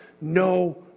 no